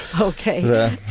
Okay